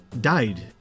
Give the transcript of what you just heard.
died